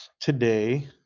today